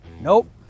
Nope